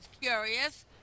Curious